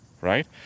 right